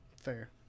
Fair